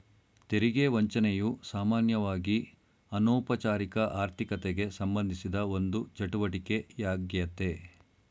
ತೆರಿಗೆ ವಂಚನೆಯು ಸಾಮಾನ್ಯವಾಗಿಅನೌಪಚಾರಿಕ ಆರ್ಥಿಕತೆಗೆಸಂಬಂಧಿಸಿದ ಒಂದು ಚಟುವಟಿಕೆ ಯಾಗ್ಯತೆ